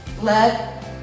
Let